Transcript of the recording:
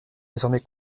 désormais